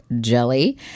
Jelly